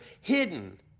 hidden